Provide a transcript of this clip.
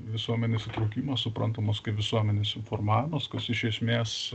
visuomenės įtraukimas suprantamas kaip visuomenės informavimas kas iš esmės